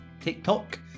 TikTok